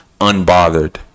unbothered